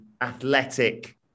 athletic